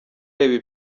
reba